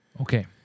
Okay